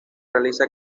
realiza